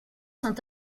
sont